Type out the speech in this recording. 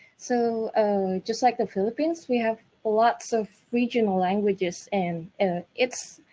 so just like the philippines we have lots of regional languages and it's